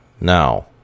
now